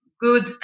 good